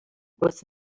was